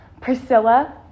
Priscilla